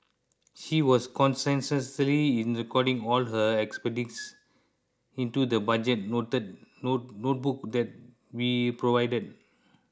she was conscientiously in recording all her expenditures into the budget noted note notebook that we provided